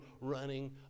running